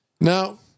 Now